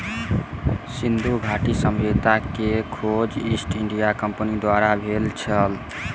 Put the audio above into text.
सिंधु घाटी सभ्यता के खोज ईस्ट इंडिया कंपनीक द्वारा भेल छल